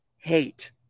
hate